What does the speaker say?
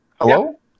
Hello